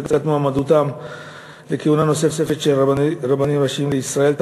הצגת מועמדות לכהונה נוספת של רב ראשי לישראל),